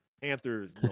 Panthers